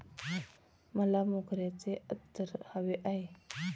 मला मोगऱ्याचे अत्तर हवे आहे